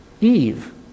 Eve